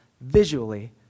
visually